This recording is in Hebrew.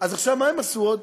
אז עכשיו, מה הם עשו עוד?